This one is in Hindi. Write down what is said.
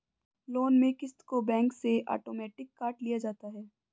लोन में क़िस्त को बैंक से आटोमेटिक काट लिया जाता है